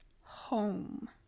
home